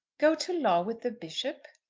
go to law with the bishop?